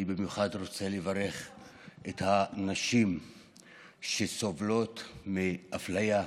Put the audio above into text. אני רוצה לברך במיוחד את הנשים שסובלות מאפליה,